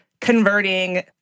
converting